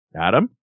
Adam